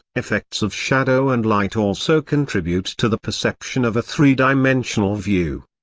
effects of shadow and light also contribute to the perception of a three-dimensional view.